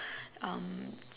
um